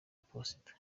iposita